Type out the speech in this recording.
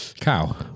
cow